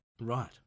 Right